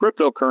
cryptocurrency